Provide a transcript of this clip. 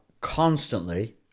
constantly